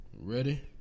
Ready